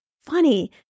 funny